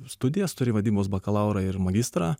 studijas turi vadybos bakalaurą ir magistrą